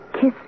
kiss